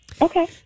Okay